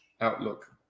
outlook